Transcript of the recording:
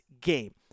game